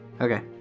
okay